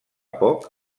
poc